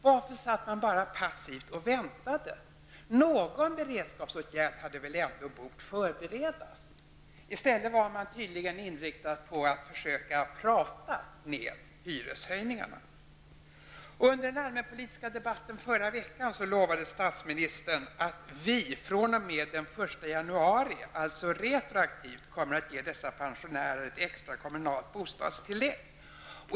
Varför satt man bara passivt och väntade? Någon beredskapsåtgärd hade väl ändå bort förberedas. I stället trodde regeringen tydligen i det längsta att man skulle kunna prata bort hyreshöjningarna. Under allmänpolitiska debatten förra veckan lovade statsministern att ''vi fr.o.m. den 1 januari, alltså retroaktivt, kommer att ge dessa pensionärer ett extra kommunalt bostadstillägg''.